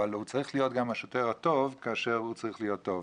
אבל הוא צריך להיות גם השוטר הטוב כאשר הוא צריך להיות טוב.